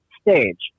stage